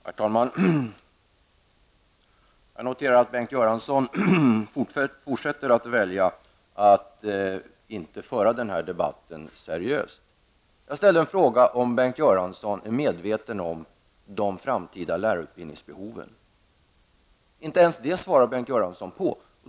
Herr talman! Jag noterar att Bengt Göransson fortsätter att välja att inte föra den här debatten seriöst. Jag ställde frågan, om Bengt Göransson är medveten om de framtida lärarutbildningsbehoven. Inte ens denna fråga svarade Bengt Göransson på.